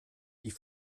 die